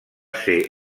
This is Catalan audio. ser